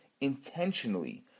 intentionally